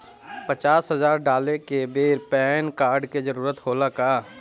पचास हजार डाले के बेर पैन कार्ड के जरूरत होला का?